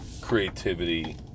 creativity